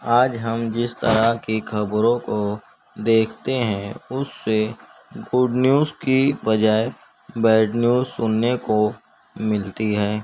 آج ہم جس طرح کی خبروں کو دیکھتے ہیں اس سے گڈ نیوز کی بجائے بیڈ نیوز سننے کو ملتی ہیں